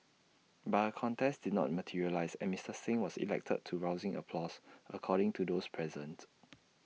but A contest did not materialise and Mister Singh was elected to rousing applause according to those present